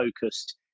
focused